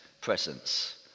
presence